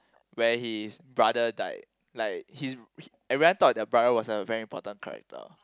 where his brother died like his everyone thought the brother was a very important character